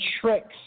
tricks